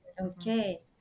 okay